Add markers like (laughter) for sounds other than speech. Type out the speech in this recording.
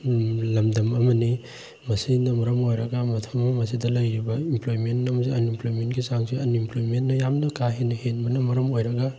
ꯂꯝꯗꯝ ꯑꯃꯅꯤ ꯃꯁꯤꯅ ꯃꯔꯝ ꯑꯣꯏꯔꯒ (unintelligible) ꯑꯁꯤꯗ ꯂꯩꯔꯤꯕ ꯏꯝꯄ꯭ꯂꯣꯏꯃꯦꯟ ꯑꯃꯁꯨꯡ ꯑꯟꯏꯝꯄ꯭ꯂꯣꯏꯃꯦꯟꯒꯤ ꯆꯥꯡꯁꯤ ꯑꯟꯏꯝꯄ꯭ꯂꯣꯏꯃꯦꯟꯅ ꯌꯥꯝꯅ ꯀꯥ ꯍꯦꯟꯅ ꯍꯦꯟꯕꯅ ꯃꯔꯝ ꯑꯣꯏꯔꯒ